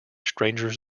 strangers